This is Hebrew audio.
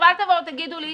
תקשיבו, אז תציעו חלופה אחרת.